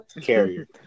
carrier